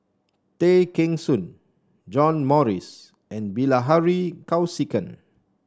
Tay Kheng Soon John Morrice and Bilahari Kausikan